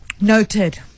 Noted